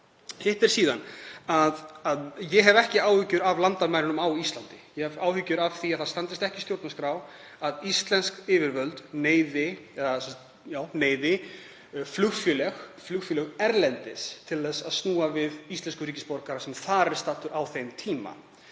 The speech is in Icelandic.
Hitt er síðan að ég hef ekki áhyggjur af landamærunum á Íslandi. Ég hef áhyggjur af því að það standist ekki stjórnarskrá að íslensk yfirvöld neyði flugfélög erlendis til að snúa við íslenskum ríkisborgara sem þar er staddur á þeim tíma.